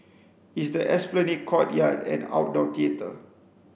it's the Esplanade courtyard and outdoor theatre